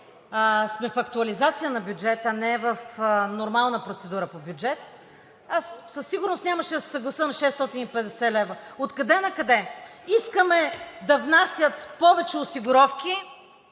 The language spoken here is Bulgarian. сме в актуализация на бюджет, а не в нормална процедура по бюджет, със сигурност нямаше да се съглася на 650 лв. Откъде накъде?! Искаме да внасят повече осигуровки